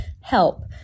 help